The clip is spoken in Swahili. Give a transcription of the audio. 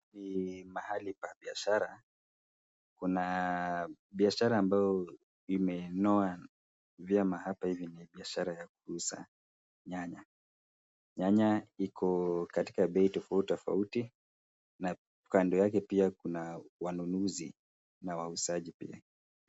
Ni mahali pa biashara, kuna biashara ambayo imenoa vyema hapa ivi ni biashara ya kuuza nyanya. Nyanya iko katika bei tofauti tofauti na kando yake pia kuna wanunuzi na wauzaji pia.